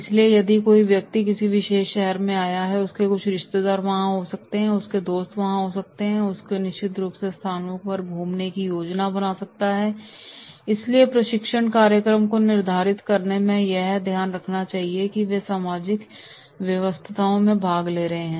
इसलिए यदि कोई व्यक्ति किसी विशेष शहर में आया है तो उसके कुछ रिश्तेदार वहां हो सकते हैं उसके कुछ दोस्त हो सकते हैं वह कुछ निश्चित स्थानों पर घूमने की योजना बना सकता है इसलिए प्रशिक्षण कार्यक्रम को निर्धारित करने में यह ध्यान में रखा जाना चाहिए कि वे सामाजिक व्यस्तताओं में भाग ले रहे हैं